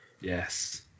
yes